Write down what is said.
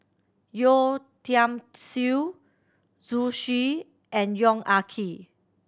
Yeo Tiam Siew Zhu Xu and Yong Ah Kee